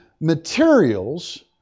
materials